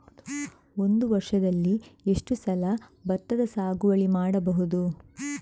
ಒಂದು ವರ್ಷದಲ್ಲಿ ಎಷ್ಟು ಸಲ ಭತ್ತದ ಸಾಗುವಳಿ ಮಾಡಬಹುದು?